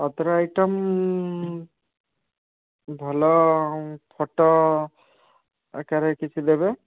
other item ଭଲ photo ଆକାରରେ କିଛି ଦେବେ